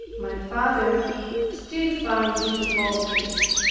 my father still found difficulties,